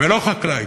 ולא חקלאי.